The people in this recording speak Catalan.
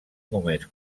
moments